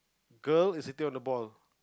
girl is sitting on the ball